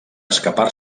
escapar